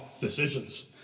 decisions